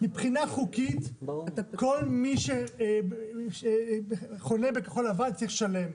מבחינה חוקית כל מי שחונה בכחול לבן צריך לשלם,